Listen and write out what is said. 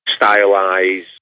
stylize